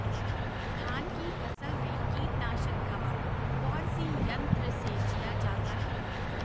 धान की फसल में कीटनाशक दवा कौन सी यंत्र से दिया जाता है?